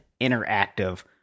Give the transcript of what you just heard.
interactive